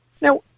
Now